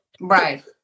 Right